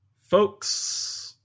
Folks